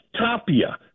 Tapia